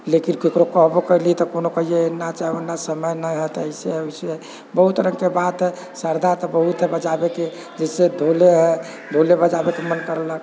लेकिन ककरो कहबो करलीह तऽ कोनो कहैए नहि चाहू तऽ समय नहि है ऐसे है वैसे है बहुत तरहके बात सरधा तऽ बहुत है बजाबैके जैसे ढ़ोले है ढ़ोले बजाबैके मोन करलक